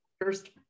first